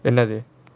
என்னது:ennathu